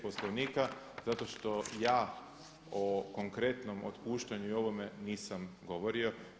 Poslovnika zato što ja o konkretnom otpuštanju i ovome nisam govorio.